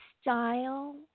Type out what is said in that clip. style